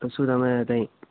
તો શું તમે ત્યાં